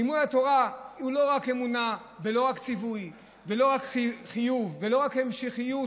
לימוד התורה הוא לא רק אמונה ולא רק ציווי ולא רק חיוב ולא רק המשכיות